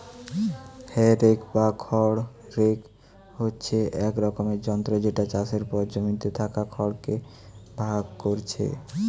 হে rake বা খড় rake হচ্ছে এক রকমের যন্ত্র যেটা চাষের পর জমিতে থাকা খড় কে ভাগ কোরছে